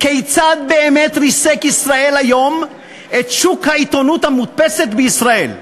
"כיצד באמת ריסק 'ישראל היום' את שוק העיתונות המודפסת בישראל",